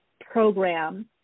program